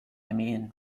mean